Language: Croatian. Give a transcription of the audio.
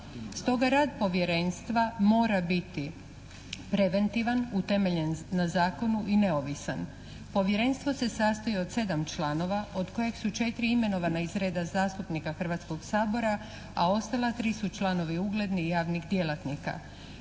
Stoga rad Povjerenstva mora biti preventivan, utemeljen na zakonu i neovisan. Povjerenstvo se sastoji od sedam članova od kojeg su četiri imenovana iz reda zastupnika Hrvatskog sabora, a ostala tri su članovi uglednih javnih djelatnika.